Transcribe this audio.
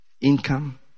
income